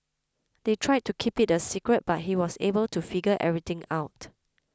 they tried to keep it a secret but he was able to figure everything out